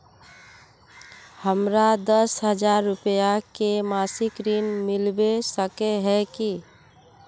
हमरा दस हजार रुपया के मासिक ऋण मिलबे सके है की?